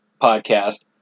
Podcast